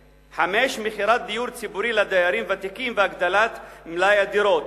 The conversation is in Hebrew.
5. מכירת דיור ציבורי לדיירים ותיקים והגדלת מלאי הדירות,